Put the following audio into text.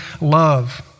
love